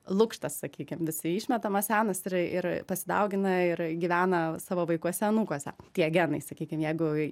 lukštas sakykim visi išmetamas senas ir ir pasidaugina ir gyvena savo vaikuose anūkuose tie genai sakykim jeigu